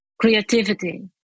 creativity